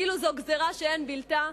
כאילו זו גזירה שאין בלתה.